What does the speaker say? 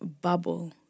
bubble